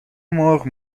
مرغ